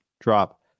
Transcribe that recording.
drop